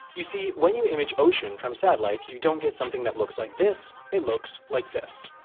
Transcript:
you see, when you image ocean from satellite you don't get something that looks like this. it looks like this.